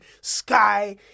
Sky